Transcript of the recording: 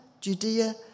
Judea